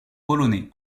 polonais